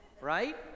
right